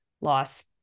loss